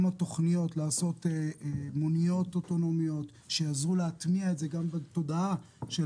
גם התכניות לעשות מוניות אוטונומיות שיעזרו להטמיע את זה גם בתודעה של